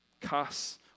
cuss